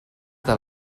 del